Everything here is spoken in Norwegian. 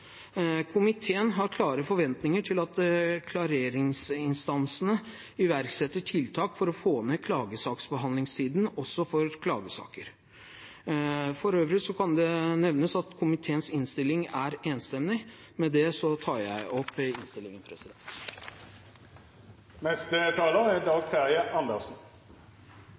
Komiteen har klare forventninger til at klareringsinstansene iverksetter tiltak for å få ned saksbehandlingstiden også for klagesaker. For øvrig kan det nevnes at komiteens innstilling er enstemmig, og med det anbefaler jeg innstillingen.